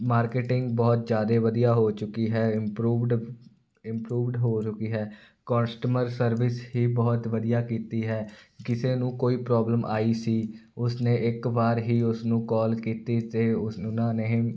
marketing ਬਹੁਤ ਜ਼ਿਆਦਾ ਵਧੀਆ ਹੋ ਚੁੱਕੀ ਹੈ ਇੰਪਰੂਵਡ ਇੰਪਰੂਵਡ ਹੋ ਚੁੱਕੀ ਹੈ ਕੋਸਟਮਰ ਸਰਵਿਸ ਹੀ ਬਹੁਤ ਵਧੀਆ ਕੀਤੀ ਹੈ ਕਿਸੇ ਨੂੰ ਕੋਈ ਪ੍ਰੋਬਲਮ ਆਈ ਸੀ ਉਸਨੇ ਇੱਕ ਵਾਰ ਹੀ ਉਸਨੂੰ ਕਾਲ ਕੀਤੀ ਅਤੇ ਉਸ ਉਹਨਾਂ ਨੇ